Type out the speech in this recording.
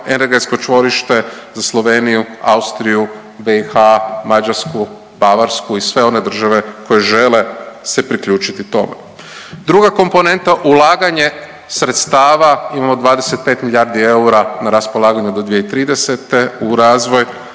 energetsko čvorište za Sloveniju, Austriju, BiH, Mađarsku, Bavarsku i sve one države koje žele se priključiti tome. Druga komponenta ulaganje sredstava, imamo 25 milijardi eura na raspolaganju do 2030. u razvoj